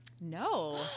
No